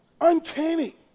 Uncanny